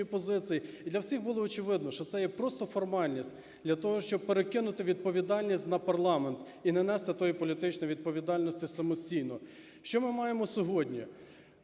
позиції. І для всіх було очевидно, що це є просто формальність для того, щоб перекинути відповідальність на парламент і не нести тої політичної відповідальності самостійно. Що ми маємо сьогодні?